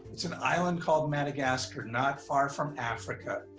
it's an island called madagascar, not far from africa.